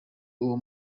uwo